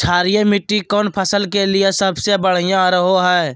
क्षारीय मिट्टी कौन फसल के लिए सबसे बढ़िया रहो हय?